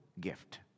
gift